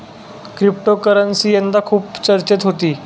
cryptocurrency यंदा खूप चर्चेत होती